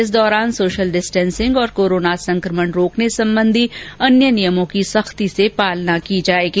इस दौरान social distancing और कोरोना संकमण रोकने संबंधी अन्य नियमों की सख्ती से पालना की जाएगी